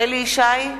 אליהו ישי,